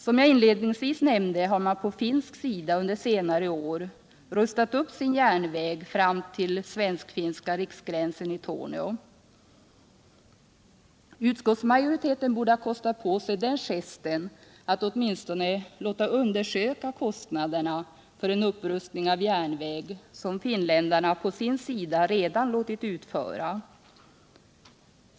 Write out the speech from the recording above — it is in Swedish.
Som jag inledningsvis nämnde har man på finsk sida under senare år rustat upp sin järnväg fram till svensk-finska riksgränsen i Torneå. Utskottsmajoriteten borde ha kostat på sig den gesten att åtminstone låta undersöka kostnaderna för en sådan upprustning av vår järnväg, som finnarna på sin sida redan låtit utföra.